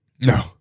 No